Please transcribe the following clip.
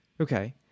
Okay